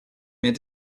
met